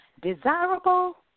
Desirable